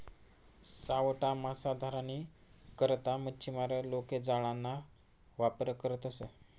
सावठा मासा धरानी करता मच्छीमार लोके जाळाना वापर करतसं